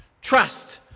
trust